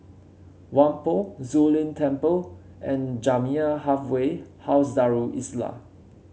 Whampoa Zu Lin Temple and Jamiyah Halfway House Darul Islah